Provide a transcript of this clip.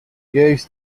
use